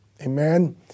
Amen